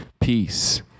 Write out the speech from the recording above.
peace